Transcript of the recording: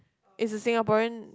it's a Singaporean